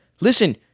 listen